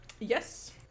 Yes